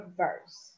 verse